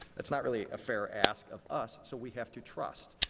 it's not really a fair ask of us so we have to trust.